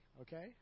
okay